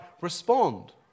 respond